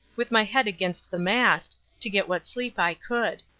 with my head against the mast, to get what sleep i could.